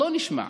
לא נשמע.